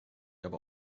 aber